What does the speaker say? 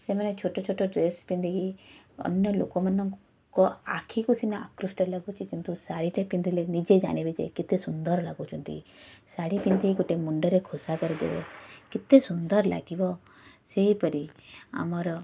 ସେମାନେ ଛୋଟ ଛୋଟ ଡ୍ରେସ୍ ପିନ୍ଧିକି ଅନ୍ୟ ଲୋକମାନଙ୍କୁ ଙ୍କ ଆଖିକୁ ସିନା ଆକୃଷ୍ଟ ଲାଗୁଛି କିନ୍ତୁ ଶାଢ଼ୀଟେ ପିନ୍ଧିଲେ ନିଜେ ଜାଣିବେ ଯେ କେତେ ସୁନ୍ଦର ଲାଗୁଛନ୍ତି ଶାଢ଼ୀ ପିନ୍ଧି ଗୋଟେ ମୁଣ୍ଡରେ ଖୋସା କରିଦେବେ କେତେ ସୁନ୍ଦର ଲାଗିବ ସେହିପରି ଆମର